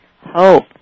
hope